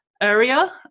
area